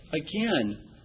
again